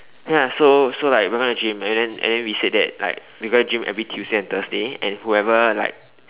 ya so so like we gonna gym and then and then we said that like we gonna gym every Tuesday and Thursday and whoever like